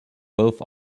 both